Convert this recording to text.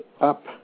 up